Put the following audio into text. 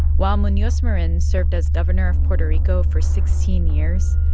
while munoz marin served as governor of puerto rico for sixteen years,